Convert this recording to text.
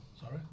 Sorry